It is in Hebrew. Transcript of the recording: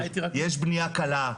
יש בניה קלה,